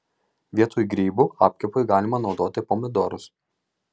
vietoj grybų apkepui galima naudoti pomidorus